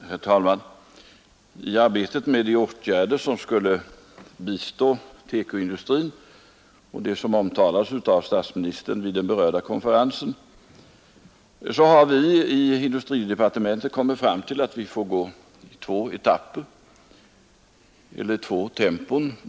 Herr talman! I arbetet med de åtgärder som skulle bistå TEKO-industrin och det som omtalats av statsministern vid den berörda konferensen har vi inom industridepartementet kommit fram till att vi får gå i två etapper eller två tempon.